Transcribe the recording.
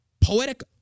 poetic